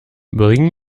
bring